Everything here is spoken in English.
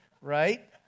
right